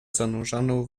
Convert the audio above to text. zanurzoną